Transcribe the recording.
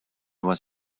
was